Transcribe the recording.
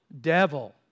devil